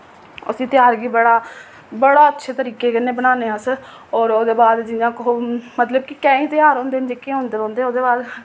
उस्सी तेहार गी बड़ा बड़ा अच्छे तरीके कन्नै बनान्ने अस और ओह्दे बाद जि'यां आखो मतलब कि कैन्नी तेहार होंदे न जेह्के होंदे रौंह्दे ओह्दे बाद